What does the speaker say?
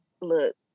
look